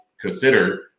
consider